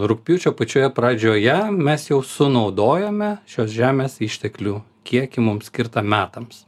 rugpjūčio pačioje pradžioje mes jau sunaudojome šios žemės išteklių kiekį mums skirtą metams